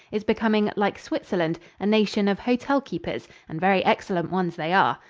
is becoming, like switzerland, a nation of hotelkeepers and very excellent ones they are.